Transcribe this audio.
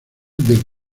del